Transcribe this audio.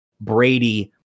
Brady